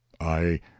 I